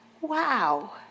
Wow